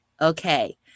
Okay